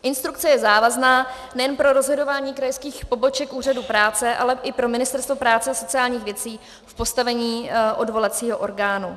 Instrukce je závazná nejen pro rozhodování krajských poboček úřadu práce, ale i pro Ministerstvo práce a sociálních věcí v postavení odvolacího orgánu.